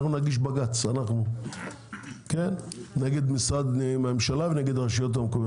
אנחנו נגיש בג"ץ נגד משרד ממשלתי ונגד הרשויות המקומיות,